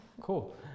Cool